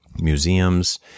Museums